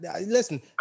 listen